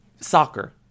Soccer